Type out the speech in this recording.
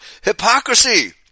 hypocrisy